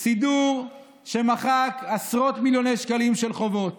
סידור שמחק עשרות מיליוני שקלים של חובות.